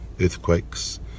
earthquakes